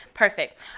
Perfect